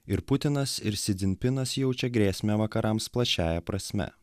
ir putinas ir si dzinpinas jaučia grėsmę vakarams plačiąja prasme